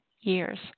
years